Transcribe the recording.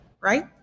right